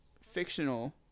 fictional